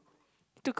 to cook